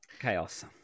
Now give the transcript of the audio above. chaos